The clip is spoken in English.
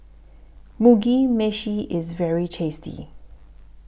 Mugi Meshi IS very tasty